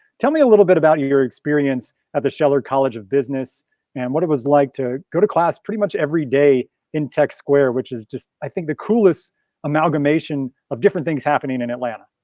tell me a little bit about your your experience at the scheller college of business and what it was like to go to class pretty much every day in tech square which is just, i think the coolest amalgamation of different things happening in atlanta.